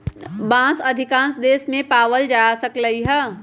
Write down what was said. बांस अधिकांश देश मे पाएल जा सकलई ह